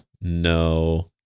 no